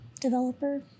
developer